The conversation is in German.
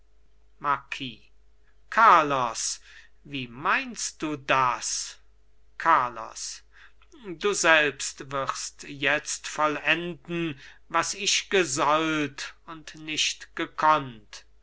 marquis carlos wie meinst du das carlos du selbst wirst jetzt vollenden was ich gesollt und nicht gekonnt